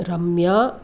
रम्या